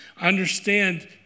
understand